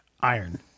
Iron